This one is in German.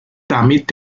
damit